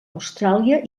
austràlia